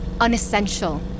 Unessential